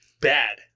Bad